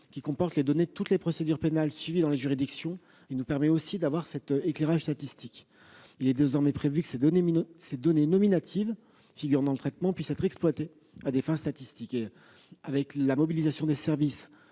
qui comporte les données de toutes les procédures pénales suivies dans les juridictions, nous fournissant ainsi un autre éclairage statistique. Il est désormais prévu que les données nominatives figurant dans ce traitement puissent être exploitées à des fins statistiques. Ainsi, avec la mobilisation des services